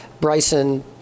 bryson